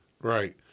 right